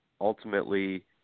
ultimately